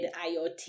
IoT